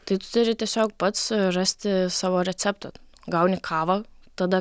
tai tu turi tiesiog pats rasti savo receptų gauni kavą tada